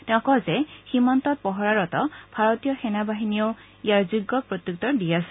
তেওঁ কয় যে সীমান্তত পহৰাৰত ভাৰতীয় সেনা বাহিনীয়েও এতিয়া ইয়াৰ যোগ্য প্ৰত্যুত্তৰ দি আছে